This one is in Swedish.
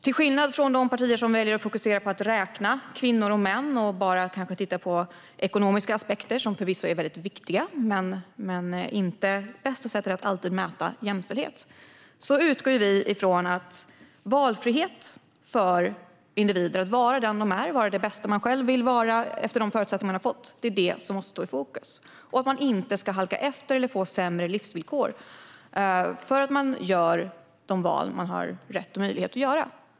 Till skillnad från de partier som väljer att fokusera på att räkna kvinnor och män och som bara tittar på ekonomiska aspekter, som förvisso är viktiga men inte alltid bästa sättet att mäta jämställdhet, utgår vi från att valfrihet för individen, att vara den man är och vara det bästa man själv vill vara utifrån de förutsättningar man har, måste stå i fokus. Man ska inte halka efter eller få sämre livsvillkor för att man gör de val man har rätt och möjlighet att göra.